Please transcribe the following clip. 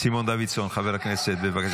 תמסור ד"ש לראש השב"כ.